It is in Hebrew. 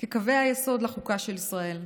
כקווי היסוד לחוקה של ישראל.